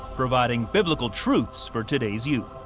providing biblical truths for today's youth.